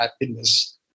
happiness